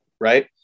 right